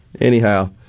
anyhow